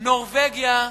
נורבגיה,